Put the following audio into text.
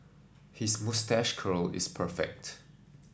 his moustache curl is perfect